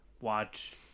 watch